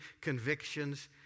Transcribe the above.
convictions